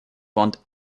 want